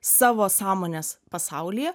savo sąmonės pasaulyje